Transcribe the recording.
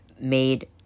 made